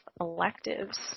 electives